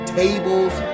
tables